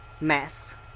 Mess